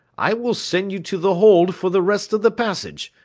i will send you to the hold for the rest of the passage,